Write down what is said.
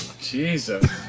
Jesus